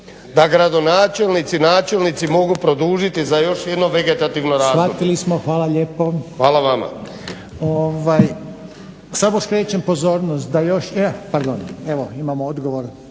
načelnici mogu produžiti za još jedno vegetativno razdoblje.